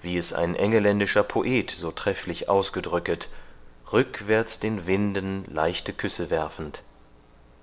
wie es ein engelländischer poet so trefflich ausgedrücket rückwärts den winden leichte küsse werfend